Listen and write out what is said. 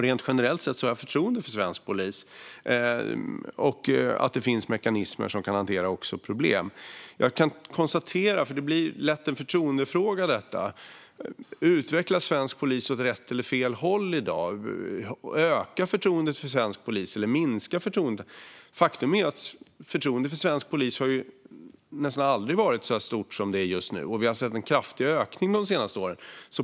Rent generellt har jag förtroende för svensk polis och att det finns mekanismer som kan hantera även problem. Detta blir lätt en förtroendefråga. Utvecklas svensk polis åt rätt eller fel håll i dag? Ökar eller minskar förtroendet för svensk polis? Faktum är att förtroendet för svensk polis nästan aldrig har varit så stort som det är just nu. Vi har sett en kraftig ökning de senaste åren.